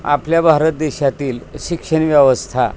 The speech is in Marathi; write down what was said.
आपल्या भारत देशातील शिक्षणव्यवस्था